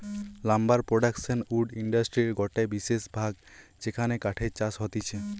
lumber production wood ইন্ডাস্ট্রির গটে বিশেষ ভাগ যেখানে কাঠের চাষ হতিছে